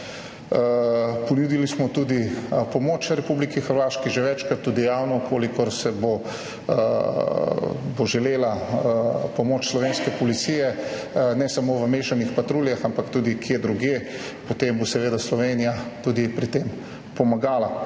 Ponudili smo tudi pomoč Republiki Hrvaški, že večkrat tudi javno. Če bo želela pomoč slovenske policije, ne samo v mešanih patruljah, ampak tudi kje drugje, potem bo seveda Slovenija tudi pri tem pomagala.